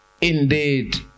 Indeed